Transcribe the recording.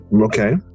Okay